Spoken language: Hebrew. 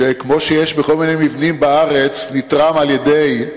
שכמו בכל מיני מבנים בארץ יש "נתרם על-ידי",